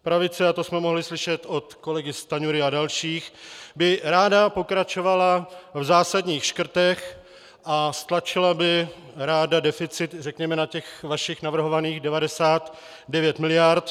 Pravice a to jsme mohli slyšet od kolegy Stanjury a dalších by ráda pokračovala v zásadních škrtech a stlačila by ráda deficit řekněme na těch vašich navrhovaných 99 mld.